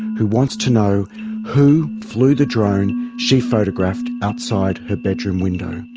who wants to know who flew the drone she photographed outside her bedroom window.